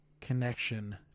connection